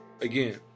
again